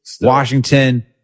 Washington